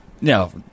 No